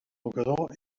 mocador